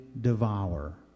devour